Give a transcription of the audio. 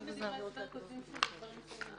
לפעמים בדברי ההסבר כותבים שדברים מסוימים יידונו